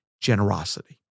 generosity